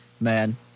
man